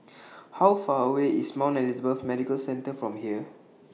How Far away IS Mount Elizabeth Medical Center from here